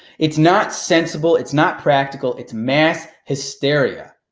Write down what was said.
it's not sensible, it's not practical, it's mass hysteria.